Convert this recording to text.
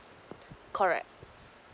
correct